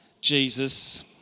Jesus